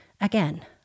Again